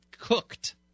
cooked